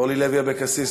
אורלי לוי אבקסיס,